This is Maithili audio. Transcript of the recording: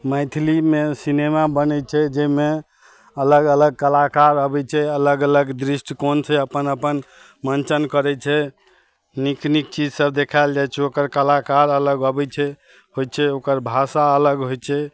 मैथिलीमे सिनेमा बनै छै जाहिमे अलग अलग कलाकार अबै छै अलग अलग दृष्ट कोन से अपन अपन मञ्चन करै छै नीक नीक चीज सभ देखाएल जाइ छै ओकर कलाकार अलग अबै छै होइ छै ओकर भाषा अलग होइ छै